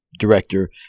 Director